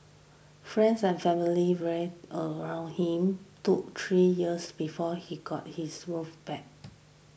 friends and family rallied around him took three years before he got his groove back